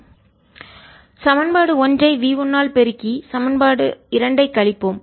v2EI ERv1ET சமன்பாடு ஒன்றை v 1 ஆல் பெருக்கி சமன்பாடு இரண்டைக் கழிப்போம்